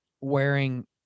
wearing